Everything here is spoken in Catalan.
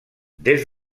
des